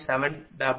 264 V